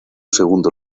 segundo